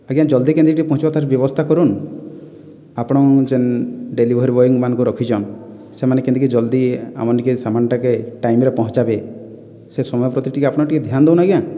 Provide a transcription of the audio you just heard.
ଆଜ୍ଞା ଜଲ୍ଦି କେମିତି ଟିକିଏ ପହଞ୍ଚିବ ତା'ର ବ୍ୟବସ୍ତା କରନ୍ତୁ ଆପଣ ଯେଉଁ ଡେଲିଭରି ବୟମାନଙ୍କୁ ରଖିଛନ୍ତି ସେମାନେ କେମିତି କିଏ ଜଲ୍ଦି ଆମର ନିକେ ସାମାନଟାକୁ ଟାଇମରେ ପହଞ୍ଚାଇବେ ସେ ସମୟ ପ୍ରତି ଟିକିଏ ଆପଣ ଟିକିଏ ଧ୍ୟାନ ଦିଅନ୍ତୁ ଆଜ୍ଞା